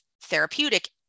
therapeutic